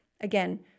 again